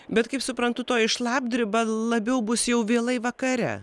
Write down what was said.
bet kaip suprantu toji šlapdriba labiau bus jau vėlai vakare